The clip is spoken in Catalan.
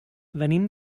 venim